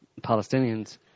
Palestinians